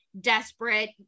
desperate